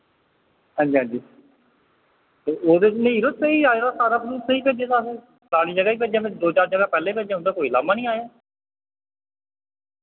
हांजी हांजी ओह्दे च नेईं यरो स्हेई आए दा सारा तुसें स्हेई भेजे दा असैं फलानी जगह वि भेजेआ मैं दो चार जगह पैह्ले बी भेजेआ उं'दा कोई लाह्मा निं आया